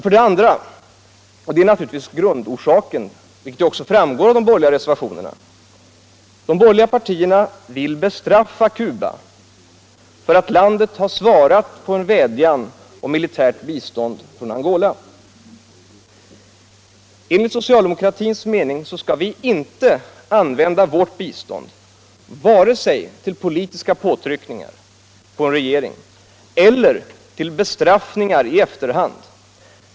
För det andra vill de borgerliga partierna, vilket också framgår av de borgerliga reservationerna, bestraffa Cuba för att landet har svarat på en vädjan från Angola om militärt bistånd. Enligt socialdemokratins mening skall Sverige inte använda sitt bistånd vare sig till politiska påtryckningar på en regering eller till bestraffningar i efterhand.